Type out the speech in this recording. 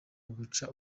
uguca